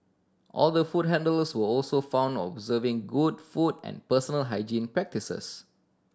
all the food handlers were also found observing good food and personal hygiene practices